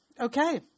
okay